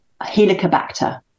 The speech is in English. helicobacter